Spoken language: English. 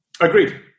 Agreed